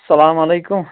السلام علیکُم